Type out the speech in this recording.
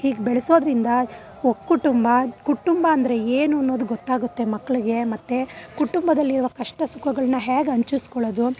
ಹೀಗೆ ಬೆಳೆಸೋದ್ರಿಂದ ಒಕ್ಕುಟುಂಬ ಕುಟುಂಬ ಅಂದರೆ ಏನು ಅನ್ನೋದು ಗೊತ್ತಾಗುತ್ತೆ ಮಕ್ಳಿಗೆ ಮತ್ತು ಕುಟುಂಬದಲ್ಲಿರುವ ಕಷ್ಟ ಸುಖಗಳನ್ನು ಹೇಗೆ ಹಂಚಿಸ್ಕೊಳೋದು